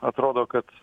atrodo kad